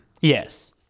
Yes